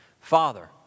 Father